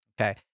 okay